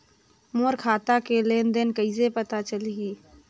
मोर खाता के लेन देन कइसे पता चलही?